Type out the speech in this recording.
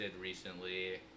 recently